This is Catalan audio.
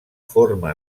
forma